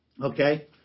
Okay